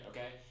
Okay